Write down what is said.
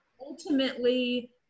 Ultimately